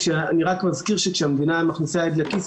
אני רק מזכיר שכשהמדינה מכניסה יד לכיס,